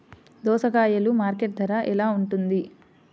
దోసకాయలు మార్కెట్ ధర ఎలా ఉంటుంది?